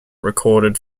recorded